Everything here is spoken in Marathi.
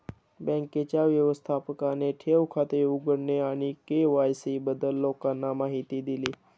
बँकेच्या व्यवस्थापकाने ठेव खाते उघडणे आणि के.वाय.सी बद्दल लोकांना माहिती दिली